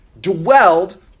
dwelled